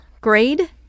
grade